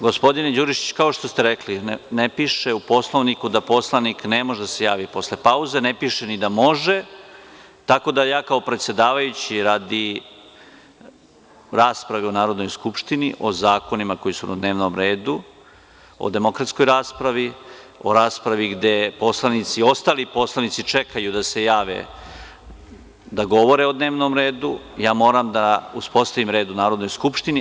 Gospodine Đurišiću, kao što ste rekli ne piše u Poslovniku da poslanik ne može da se javi posle pauze, ne piše ni da može, tako da ja kao predsedavajući radi rasprave u Narodnoj skupštini o zakonima koji su na dnevnom redu, o demokratskoj raspravi, o raspravi gde poslanici, gde ostali poslanici čekaju da se jave da govore o dnevnom redu, ja moram da uspostavim red u Narodnoj skupštini.